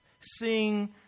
seeing